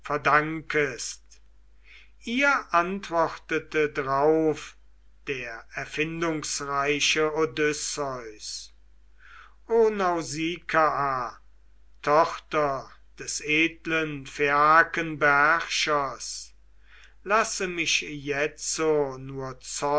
ihr antwortete drauf der erfindungsreiche odysseus o nausikaa tochter des edlen phaiakenbeherrschers lasse mich jetzo nur